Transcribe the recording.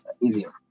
easier